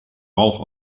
rauch